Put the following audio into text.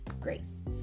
Grace